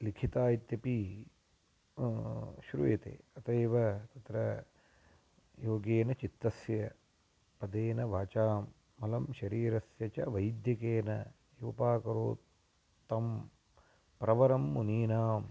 लिखिता इत्यपि श्रूयते अत एव तत्र योगेन चित्तस्य पदेन वाचां मलं शरीरस्य च वैद्यकेन योपाकरो त्तं प्रवरं मुनीनां